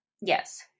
Yes